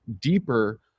deeper